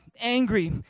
angry